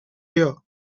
here